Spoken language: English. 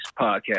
Podcast